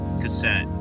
cassette